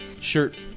Shirt